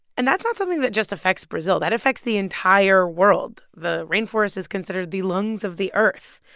and that's not something that just affects brazil. that affects the entire world. the rainforest is considered the lungs of the earth.